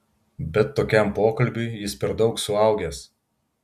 bet tokiam pokalbiui jis per daug suaugęs